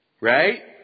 right